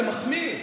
זה מחמיא.